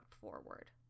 forward